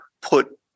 put